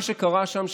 מה שקרה שם,